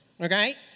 okay